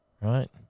right